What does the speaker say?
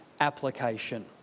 application